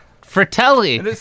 Fratelli